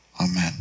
Amen